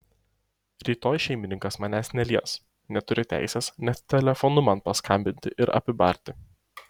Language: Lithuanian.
rytoj šeimininkas manęs nelies neturi teisės net telefonu man paskambinti ir apibarti